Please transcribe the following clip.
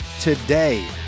today